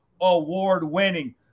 award-winning